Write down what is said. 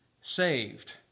saved